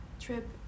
trip